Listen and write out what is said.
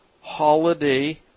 holiday